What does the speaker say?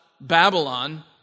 Babylon